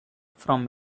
from